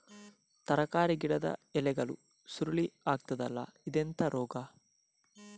ತರಕಾರಿ ಗಿಡದ ಎಲೆಗಳು ಸುರುಳಿ ಆಗ್ತದಲ್ಲ, ಇದೆಂತ ರೋಗ?